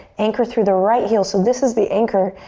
anchor through the right heel. so this is the anchor,